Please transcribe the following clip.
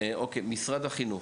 משרד החינוך: